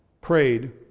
prayed